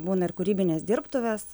būna ir kūrybinės dirbtuvės